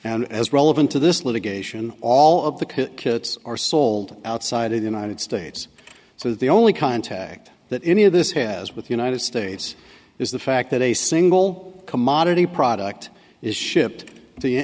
and as relevant to this litigation all of the kits are sold outside of the united states so that the only contact that any of this has with the united states is the fact that a single commodity product is shipped t